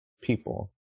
people